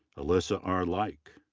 alyssa r. like.